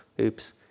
oops